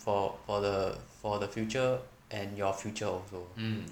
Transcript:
for for the for the future and your future also